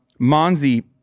Monzi